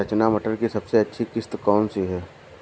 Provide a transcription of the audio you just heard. रचना मटर की सबसे अच्छी किश्त कौन सी है?